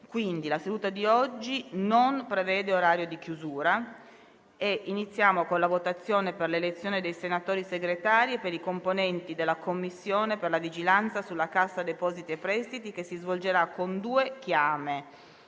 La seduta di oggi non prevede orario di chiusura. La votazione per l'elezione dei senatori Segretari e per i componenti della Commissione per la vigilanza sulla Cassa depositi e prestiti si svolgerà con due chiame,